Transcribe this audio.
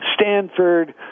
Stanford